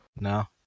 No